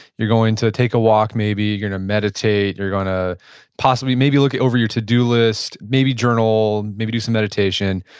you're going to take a walk, maybe, you're going to meditate, you're going to possibly maybe look over your to do list, maybe journal, maybe do some meditation.